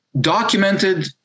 documented